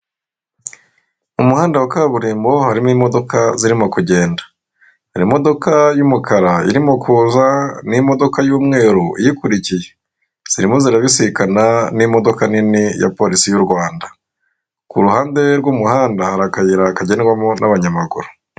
Umuhanda wa kaburimbo harimo imodoka zirimo kugenda, hari imodoka y'umukara irimo kuza, n'imodoka y'umweru iyikurikiye zirimo zirabisikana n'imodoka nini ya polisi y'u Rwanda. Ku ruhande rw'umuhanda hari akayira kagendwamo n'abanyamaguru.